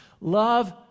love